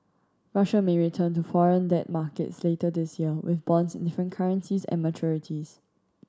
Russia may return to foreign debt markets later this year with bonds in different currencies and maturities